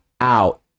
out